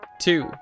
two